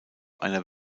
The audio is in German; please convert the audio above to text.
einer